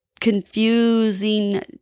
confusing